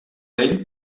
ell